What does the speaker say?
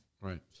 Right